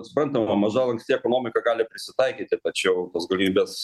suprantama maža lanksti ekonomika gali prisitaikyti tačiau tos galimybės